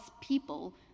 people